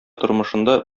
тормышында